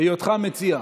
בהיותך המציע.